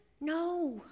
No